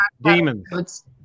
Demons